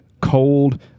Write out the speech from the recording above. cold